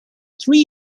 three